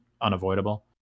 unavoidable